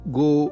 go